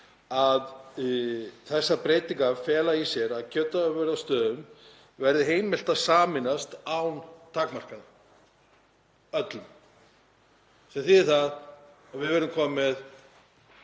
að þessar breytingar feli í sér að kjötafurðastöðvum verði heimilt að sameinast án takmarkana, öllum. Það þýðir að við verðum komin